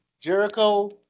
Jericho